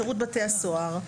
שירות בתי הסוהר,